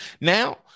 Now